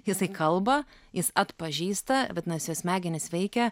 jisai kalba jis atpažįsta vadinasi smegenys veikia